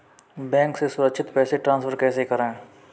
Bank से सुरक्षित पैसे ट्रांसफर कैसे करें?